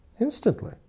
instantly